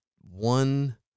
one